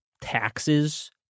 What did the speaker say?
taxes